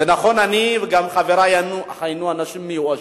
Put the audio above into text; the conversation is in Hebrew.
זה נכון, אני וגם חברי היינו אנשים מיואשים,